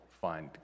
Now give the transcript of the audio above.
find